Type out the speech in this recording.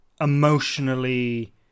emotionally